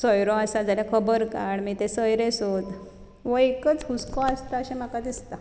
सोयरो आसा जाल्यार खबर काड मागीर ते सोयरे सोद हो एकूच हुस्को आसा अशें म्हाका दिसता